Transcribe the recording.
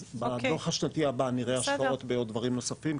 אז בדו"ח השנתי הבא נראה השקעות בעוד דברים נוספים?